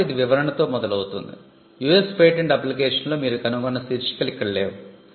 కాబట్టి ఇది వివరణతో మొదలవుతుంది యుఎస్ పేటెంట్ అప్లికేషన్లో మీరు కనుగొన్న శీర్షికలు ఇక్కడ లేవు